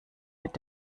mit